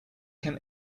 can